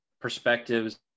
perspectives